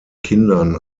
kindern